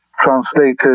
translated